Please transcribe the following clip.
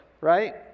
right